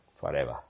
forever